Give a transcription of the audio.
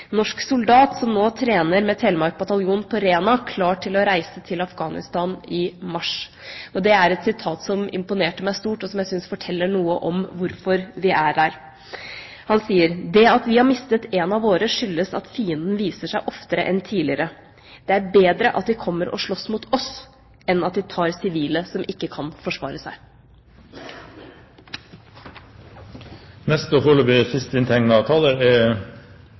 norsk soldat som nå trener med Telemark bataljon på Rena, klar til å reise til Afghanistan i mars. Det er et sitat som imponerte meg stort, og som jeg syns forteller noe om hvorfor de er der. Han sier: Det at vi har mistet en av våre, skyldes at fienden viser seg oftere enn tidligere. Det er bedre at de kommer og slåss mot oss enn at de tar sivile som ikke kan forsvare seg. Heikki Holmås har hatt ordet to ganger og